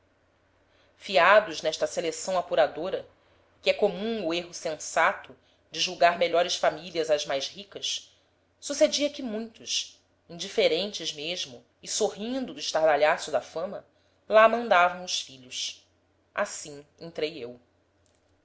fiados nesta seleção apuradora que é comum o erro sensato de julgar melhores famílias as mais ricas sucedia que muitas indiferentes mesmo e sorrindo do estardalhaço da fama lá mandavam os filhos assim entrei eu